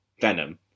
Venom